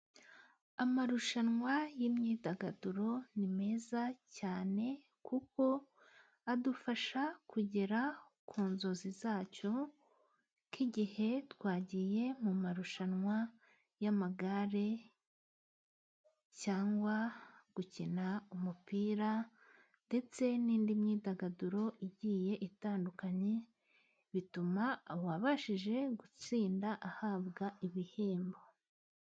Amarushanwa y'imyidagaduro ni meza cyane kuko adufasha kugera ku nzozi zacu nk' igihe twagiye mu marushanwa y'amagare cyangwa gukina umupira ndetse n'indi myidagaduro igiye itandukanye bituma uwabashije gutsinda ahabwa ibihembo.